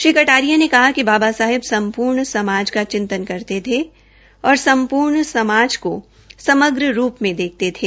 श्री कटारिया ने कहा कि बाबा साहेब सम्प्रर्ण समाज का चिंतन करते थे और सम्पूर्ण समाज को समग्र रूप में देखते थे